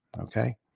Okay